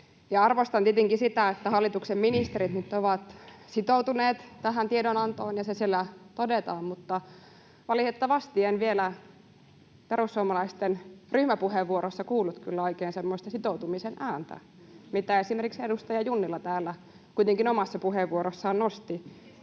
Arvostan tietenkin sitä, että hallituksen ministerit nyt ovat sitoutuneet tähän tiedonantoon ja se siellä todetaan, mutta valitettavasti en vielä perussuomalaisten ryhmäpuheenvuorossa kuullut kyllä oikein semmoista sitoutumisen ääntä, mitä esimerkiksi edustaja Junnila täällä kuitenkin omassa puheenvuorossaan nosti.